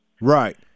Right